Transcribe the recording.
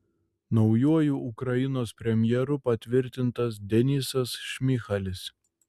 naujuoju ukrainos premjeru patvirtintas denysas šmyhalis